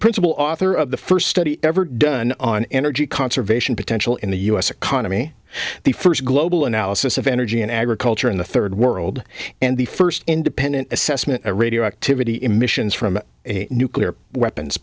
principal author of the first study ever done on energy conservation potential in the u s economy the first global analysis of energy and agriculture in the third world and the first independent assessment of radioactivity emissions from a nuclear weapons